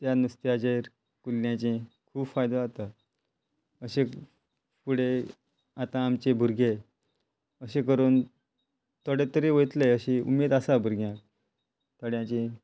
त्या नुस्त्याचेर कुल्ल्यांचे खूब फायदो जाता अशें फुडें आतां आमचे भुरगे अशें करून थोडे तरी वयतले अशी उमेद आसा भुरग्यांक थोड्यांची